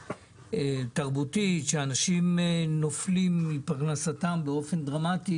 ותרבותית כשהפרנסה של אנשים נופלת באופן דרמטי.